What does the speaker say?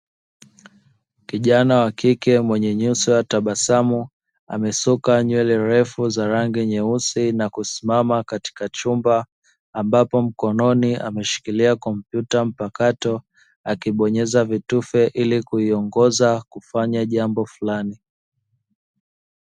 Kijana wa kike mwenye nyuso ya tabasamu amesuka nywele refu za rangi nyeusi na kusimama katika chumba, ambapo mkononi ameshikilia kompyuta mpakato akibonyeza vitufe ili kuiongoza kufanya jambo fulani.